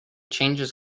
changes